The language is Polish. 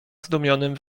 zdumionym